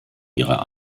ihrer